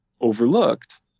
overlooked